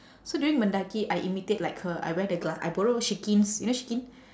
so during mendaki I imitate like her I wear the gla~ I borrow shikin's you know shikin